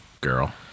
girl